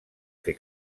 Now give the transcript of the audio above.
fer